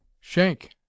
Shank